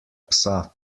psa